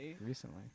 Recently